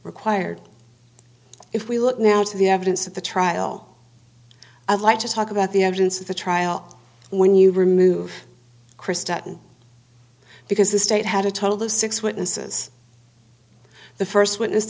required if we look now to the evidence of the trial i'd like to talk about the evidence of the trial when you remove kristen because the state had a total of six witnesses the first witness